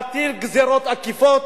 להטיל גזירות עקיפות,